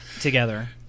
together